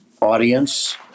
audience